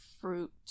fruit